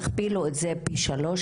תכפילו את זה פי שלוש,